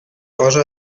cosa